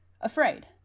afraid